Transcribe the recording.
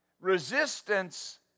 Resistance